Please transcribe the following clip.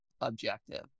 objective